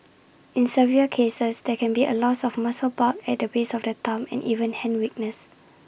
in severe cases there can be A loss of muscle bulk at the base of the thumb and even hand weakness